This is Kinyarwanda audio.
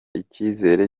icyizere